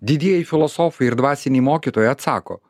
didieji filosofai ir dvasiniai mokytojai atsako